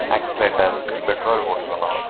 accelerator petrol போட்யிருக்கணும்